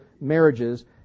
marriages